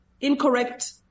incorrect